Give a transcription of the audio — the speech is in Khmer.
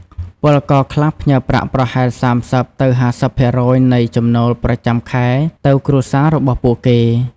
ពលករខ្លះផ្ញើប្រាក់ប្រហែល ៣០ ទៅ ៥០ ភាគរយនៃចំណូលប្រចាំខែទៅគ្រួសាររបស់ពួកគេ។